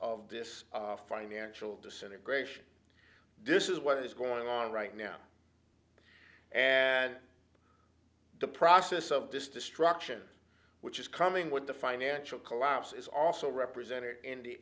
of this financial disintegration this is what is going on right now and the process of this destruction which is coming with the financial collapse is also represented in the